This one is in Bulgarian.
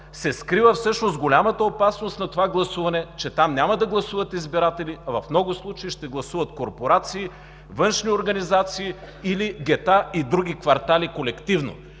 се скрива всъщност голямата опасност на това гласуване, че там няма да гласуват избиратели, а в много случаи ще гласуват корпорации, външни организации или гета и други квартали колективно.